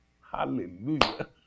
Hallelujah